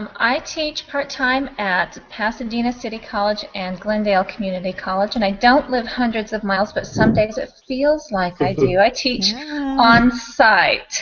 i teach part time at pasadena city college and glendale community college. and i don't live hundreds of miles, but some days it feels like i do. i teach on site.